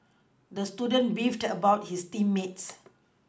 the student beefed about his team mates